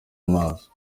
amaso